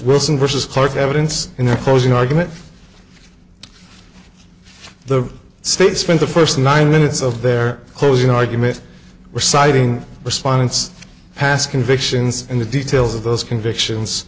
wilson versus clarke evidence in their closing arguments the state spent the first nine minutes of their closing arguments were citing respondents past convictions and the details of those convictions